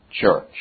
church